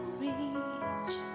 reach